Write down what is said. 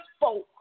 folk